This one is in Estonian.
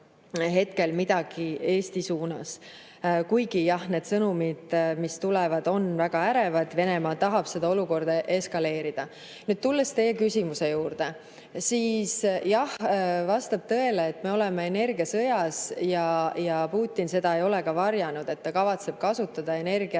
hetkel midagi Eesti suunas. Kuigi jah, need sõnumid, mis tulevad, on väga ärevad. Venemaa tahab seda olukorda eskaleerida. Tulen teie küsimuse juurde. Jah, vastab tõele, et me oleme energiasõjas. Putin ei ole seda ka varjanud, ta kavatseb kasutada energiat ja